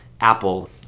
apple